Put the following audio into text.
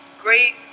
great